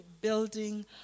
building